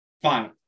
fine